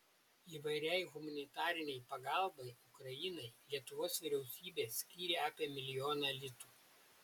įvairiai humanitarinei pagalbai ukrainai lietuvos vyriausybė skyrė apie milijoną litų